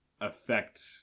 affect